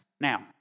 Now